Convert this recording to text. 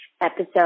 episode